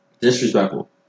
Disrespectful